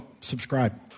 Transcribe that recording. subscribe